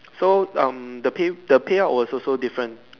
so um the pay the payout was also different